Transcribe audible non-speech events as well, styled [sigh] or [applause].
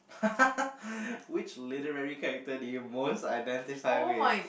[laughs] which literary character do you most identify with